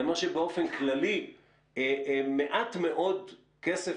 אני אומר שבאופן כללי מעט מאוד כסף